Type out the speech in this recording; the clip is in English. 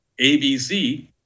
ABC